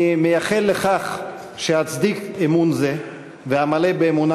אני מייחל לכך שאצדיק אמון זה ואמלא באמונה